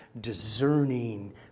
discerning